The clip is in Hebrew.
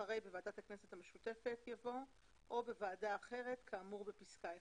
אחרי "בוועדת הכנסת המשותפת" יבוא "או בוועדה אחרת כאמור בפסקה (1)".